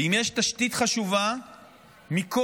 ואם יש תשתית חשובה מכול,